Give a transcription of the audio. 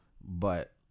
but-